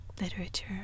literature